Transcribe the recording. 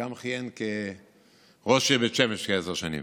גם כיהן כראש עיריית בית שמש כעשר שנים.